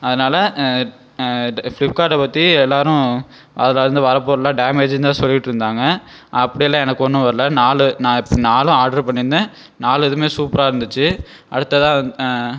அதனால ஃப்ளிப்கார்ட்டை பற்றி எல்லாரும் அதுலேருந்து வர பொருள்லாம் டேமேஜினு தான் சொல்லிட்டுருந்தாங்க அப்படி எல்லாம் எனக்கு ஒன்றும் வரல நாலு நாப்ஸ் நாலும் ஆர்டர் பண்ணியிருந்தேன் நாலு இதுவுமே சூப்பராக இருந்துச்சு அடுத்ததாக வந்